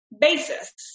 basis